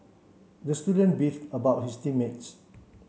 the student beef about his team mates